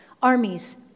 Armies